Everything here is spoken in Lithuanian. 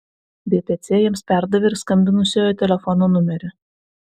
bpc jiems perdavė ir skambinusiojo telefono numerį